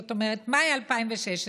זאת אומרת במאי 2016,